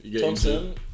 Thompson